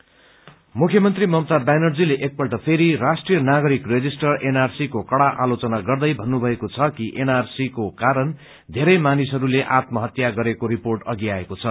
NRC मुख्यमन्त्री ममता ब्यानर्जीले एक पल्ट फेरी राष्ट्रीय नागरिक रेजिस्टर एनआरसी को कड़ा आलोचना गर्दै भन्नुभएको छ कि एनआरसी को कारण धेरै मानिसहस्ले आत्महत्या गरेको रिपोर्ट अघि आएको छ